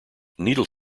needle